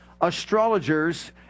astrologers